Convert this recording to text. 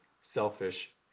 selfish